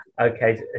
Okay